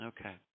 Okay